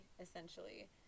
essentially